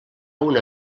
una